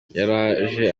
yaraje